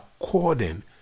according